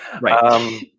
right